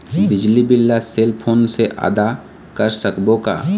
बिजली बिल ला cell phone से आदा कर सकबो का?